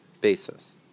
basis